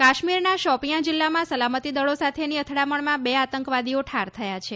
કાશ્મીરના શોપીયાં જિલ્લામાં સલામતીદળો સાથેની અથડામણમાં બે આતંકવાદીઓ ઠાર થયા છે